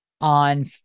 On